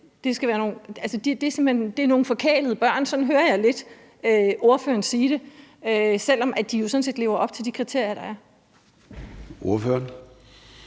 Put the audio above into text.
de er nogle forkælede børn; sådan hører jeg lidt ordføreren sige det – selv om de jo sådan set lever op til de kriterier, der er? Kl.